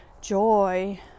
joy